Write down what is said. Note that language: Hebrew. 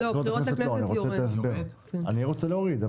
את הבחירות לכנסת אני רוצה להוריד,